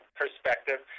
perspective